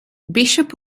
bishop